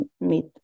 meet